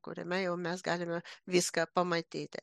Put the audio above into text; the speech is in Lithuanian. kuriame jau mes galime viską pamatyti